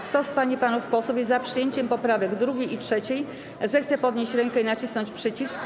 Kto z pań i panów posłów jest za przyjęciem poprawek 2. i 3., zechce podnieść rękę i nacisnąć przycisk.